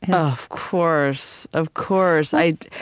yeah of course. of course. i,